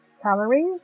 calories